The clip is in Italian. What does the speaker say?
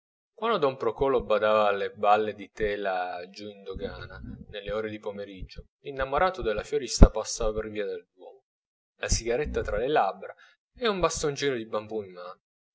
don procolo badava alle balle di tela giù in dogana nelle ore di pomeriggio l'innamorato della fiorista passava per via del duomo la sigaretta tra le labbra e un bastoncino di bambù